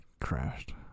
crashed